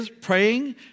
praying